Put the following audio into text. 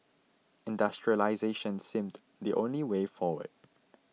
industrialisation seemed the only way forward